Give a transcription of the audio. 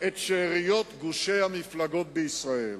את שאריות גושי המפלגות בישראל.